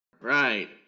Right